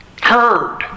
Heard